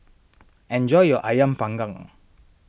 enjoy your Ayam Panggang